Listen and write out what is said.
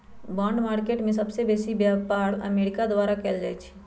bond market में सबसे बेसी व्यापार अमेरिका द्वारा कएल जाइ छइ